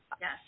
Yes